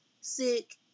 sick